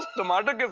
tomato.